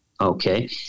Okay